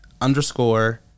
underscore